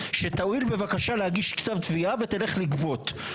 שתועיל בבקשה להגיש כתב תביעה ותלך לגבות.